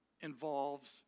involves